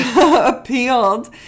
appealed